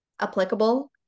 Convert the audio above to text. applicable